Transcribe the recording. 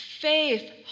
Faith